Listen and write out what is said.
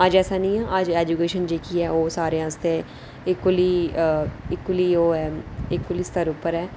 अज्ज ऐसा निं ऐ अज्ज ऐजुकेशन सारें आसतै इक्वली सर्व पर ऐ